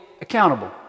accountable